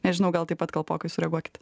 nežinau gal taip pat kalpokai sureaguokit